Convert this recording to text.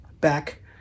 Back